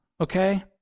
okay